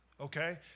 Okay